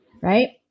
right